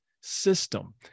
system